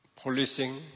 policing